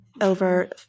over